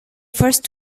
first